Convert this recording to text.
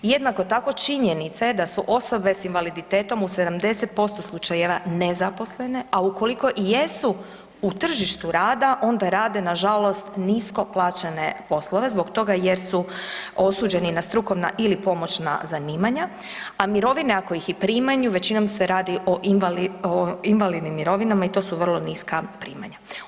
I jednako tako činjenica je da su osobe s invaliditetom u 70% slučajeva nezaposlene, a ukoliko i jesu u tržištu rada onda rade nažalost nisko plaćene poslove zbog toga jer su osuđeni na strukovna ili pomoćna zanimanja, a mirovine ako ih i primaju većinom se radi o invalidnim mirovinama i to su vrlo niska primanja.